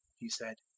he said,